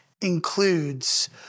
includes